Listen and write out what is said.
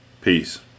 Peace